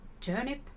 turnip